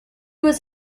was